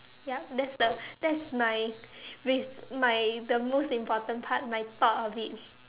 yup that's the that's mine with mine the most important part my thought of it